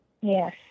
Yes